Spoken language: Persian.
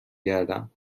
گردم